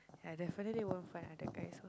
I definitely wouldn't find other guys